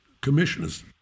commissioners